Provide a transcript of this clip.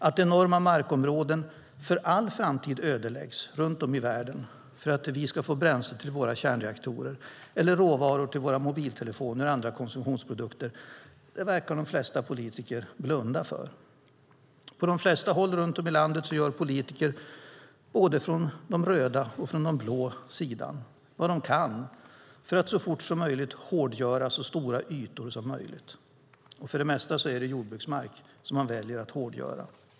Att enorma markområden ödeläggs för all framtid runt om i världen för att vi ska få bränsle till våra kärnreaktorer eller råvaror till våra mobiltelefoner och andra konsumtionsprodukter verkar de flesta politiker blunda för. På de flesta håll runt om i landet gör politiker från både den röda och den blå sidan vad de kan för att så fort som möjligt hårdgöra så stora ytor som möjligt, och för det mesta är det jordbruksmark man väljer att hårdgöra.